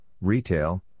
retail